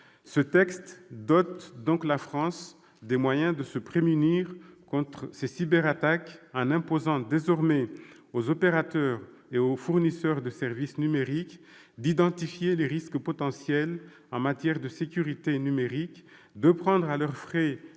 Ce texte dote donc la France des moyens de se prémunir contre ces cyberattaques, en imposant désormais aux opérateurs et aux fournisseurs de services numériques d'identifier les risques potentiels en matière de sécurité numérique, de prendre à leur frais